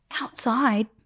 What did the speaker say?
outside